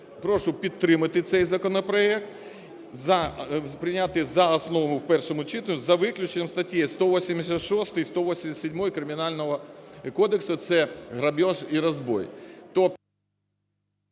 прошу підтримати цей законопроект, прийняти за основу в першому читанні, за виключенням статті 186 і 187-ї Кримінального кодексу, це "Грабіж" і "Розбій".